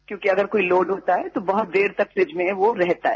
क्योंकि अगर कोई लोड होता है तो वो बहुत देर तक फ्रिज में वो रहता है